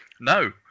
No